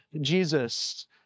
Jesus